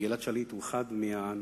גלעד שליט הוא אחד הנושאים